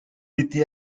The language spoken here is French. était